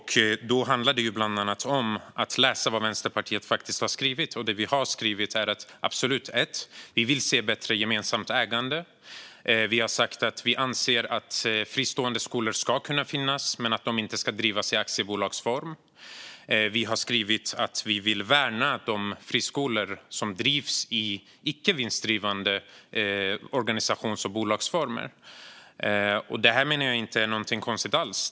Då handlar det bland annat om att läsa vad Vänsterpartiet faktiskt har skrivit. Det vi har skrivit är att vi vill se bättre gemensamt ägande - absolut. Vi har skrivit att fristående skolor ska kunna finnas men att de inte ska drivas i aktiebolagsform. Vi har skrivit att vi vill värna de friskolor som drivs i icke vinstdrivande organisations och bolagsformer. Detta, menar jag, är ingenting konstigt alls.